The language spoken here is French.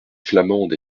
flamande